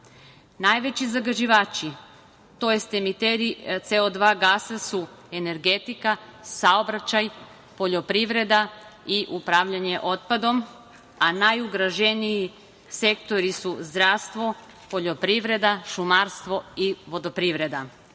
okeana. Najveći zagađivači, tj. emiteri SO2 gasa su energetika, saobraćaj, poljoprivreda i upravljanje otpadom, a najugroženiji sektori su zdravstvo, poljoprivreda, šumarstvo i vodoprivreda.